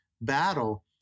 battle